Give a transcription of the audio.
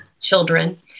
children